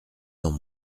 dans